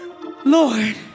Lord